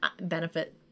Benefit